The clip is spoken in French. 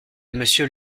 monsieur